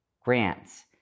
grants